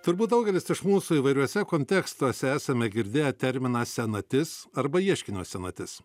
turbūt daugelis iš mūsų įvairiuose kontekstuose esame girdėję terminą senatis arba ieškinio senatis